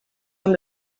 amb